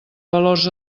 valors